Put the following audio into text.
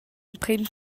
emprem